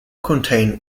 contain